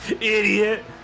Idiot